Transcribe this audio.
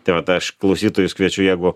tai vat aš klausytojus kviečiu jeigu